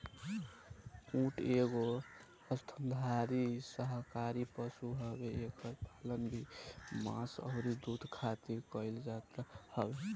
ऊँट एगो स्तनधारी शाकाहारी पशु हवे एकर पालन भी मांस अउरी दूध खारित कईल जात हवे